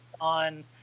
on